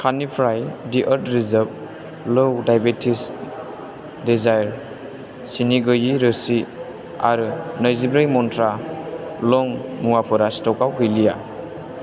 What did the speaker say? कार्टनिफ्राय दि आर्थ रिजार्भ लौ डायबेटिक्स डिजायार सिनि गैयि रोसि आरो नैजिब्रै मन्त्रा लं मुवाफोरा स्ट'काव गैलिया